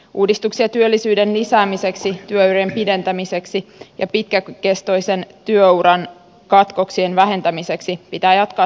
uudistuksia työllisyyden lisäämiseksi työurien pidentämiseksi ja pitkäkestoisen työuran katkoksien vähentämiseksi pitää jatkaa tarmokkaasti